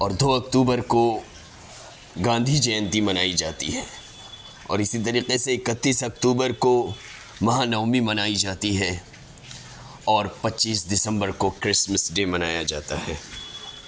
اور دو اکتوبر کو گاندھی جینتی منائی جاتی ہے اور اسی طریقے سے اکتیس اکتوبر کو مہا نومی منائی جاتی ہے اور پچیس دسمبر کو کرسمس ڈے منایا جاتا ہے